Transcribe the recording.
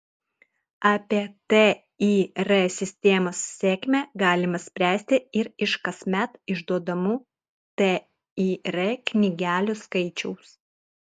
apie tir sistemos sėkmę galima spręsti ir iš kasmet išduodamų tir knygelių skaičiaus